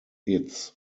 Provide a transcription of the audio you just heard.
its